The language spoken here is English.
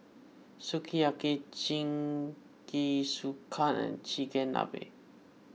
Sukiyaki Jingisukan and Chigenabe